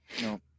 No